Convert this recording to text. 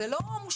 זה לא מושלם.